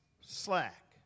slack